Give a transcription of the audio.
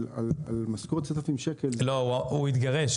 על משכורת של 10,000 שקל --- הוא התגרש.